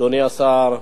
אדוני השר,